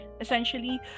essentially